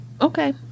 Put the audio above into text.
okay